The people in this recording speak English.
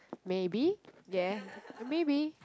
maybe ya maybe